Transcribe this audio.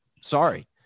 Sorry